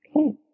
Okay